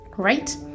right